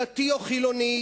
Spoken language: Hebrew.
דתי או חילוני,